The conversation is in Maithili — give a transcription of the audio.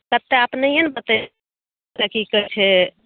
कतेक अपनहिए ने बतेबै कि की करैके छै